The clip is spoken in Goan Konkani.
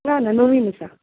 ना ना नवीन आसा